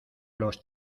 los